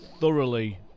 thoroughly